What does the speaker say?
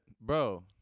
Bro